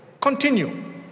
Continue